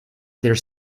there